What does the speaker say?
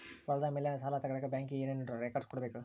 ಹೊಲದ ಮೇಲೆ ಸಾಲ ತಗಳಕ ಬ್ಯಾಂಕಿಗೆ ಏನು ಏನು ರೆಕಾರ್ಡ್ಸ್ ಕೊಡಬೇಕು?